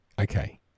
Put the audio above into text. Okay